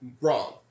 wrong